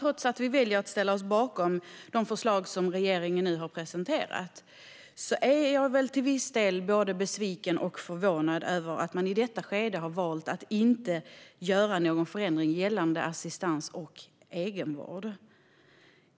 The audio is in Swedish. Trots att vi väljer att ställa oss bakom de förslag som regeringen nu har presenterat är jag till viss del både besviken och förvånad över att man i detta skede har valt att inte göra någon förändring gällande assistans och egenvård.